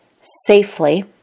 safely